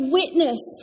witness